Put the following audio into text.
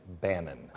Bannon